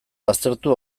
baztertu